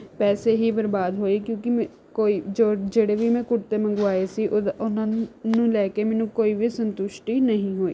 ਪੈਸੇ ਹੀ ਬਰਬਾਦ ਹੋਏ ਕਿਉਂਕਿ ਮ ਕੋਈ ਜੋ ਜਿਹੜੇ ਵੀ ਮੈਂ ਕੁੜਤੇ ਮੰਗਵਾਏ ਸੀ ਉਹਦਾ ਉਨ੍ਹਾਂ ਨੂੰ ਨੂੰ ਲੈ ਕੇ ਮੈਨੂੰ ਕੋਈ ਵੀ ਸੰਤੁਸ਼ਟੀ ਨਹੀਂ ਹੋਈ